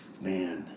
Man